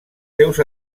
seus